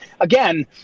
Again